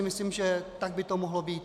Myslím, že tak by to mohlo být.